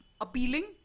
appealing